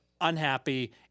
unhappy